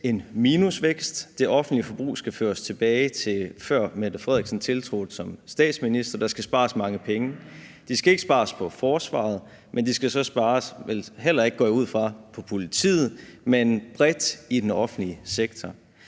en minusvækst. Det offentlige forbrug skal føres tilbage til niveauet fra dengang, da Mette Frederiksen tiltrådte som statsminister. Der skal spares mange penge. De skal ikke spares på forsvaret, men de skal så vel heller ikke spares